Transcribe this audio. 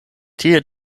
tie